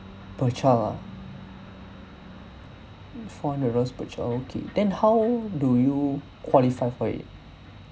per child ah four hundred per child okay then how do you qualify for it